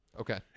okay